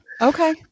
okay